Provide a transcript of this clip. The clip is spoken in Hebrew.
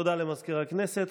תודה למזכיר הכנסת.